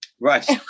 right